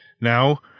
Now